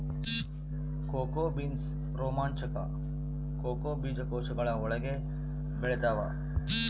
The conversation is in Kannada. ಕೋಕೋ ಬೀನ್ಸ್ ರೋಮಾಂಚಕ ಕೋಕೋ ಬೀಜಕೋಶಗಳ ಒಳಗೆ ಬೆಳೆತ್ತವ